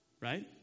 Right